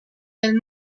del